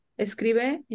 Escribe